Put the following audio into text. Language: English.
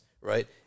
right